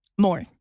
More